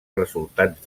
resultats